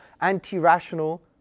anti-rational